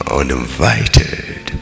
uninvited